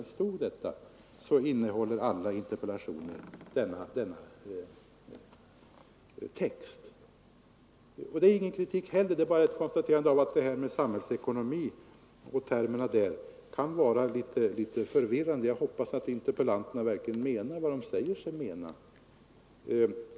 Detta påpekande är inte någon kritik utan bara ett noterande av att den terminologi som används i detta sammanhang kan vara litet förvirrande. Jag hoppas att interpellanterna verkligen menar vad de säger sig mena.